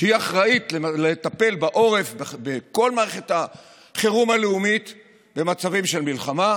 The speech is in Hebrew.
שהיא אחראית לטפל בעורף בכל מערכת החירום הלאומית במצבים של מלחמה,